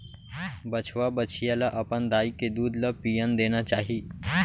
बछवा, बछिया ल अपन दाई के दूद ल पियन देना चाही